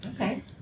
Okay